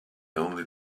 only